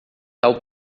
tal